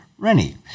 Rennie